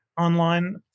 online